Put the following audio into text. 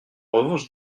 revanche